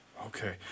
Okay